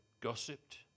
gossiped